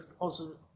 positive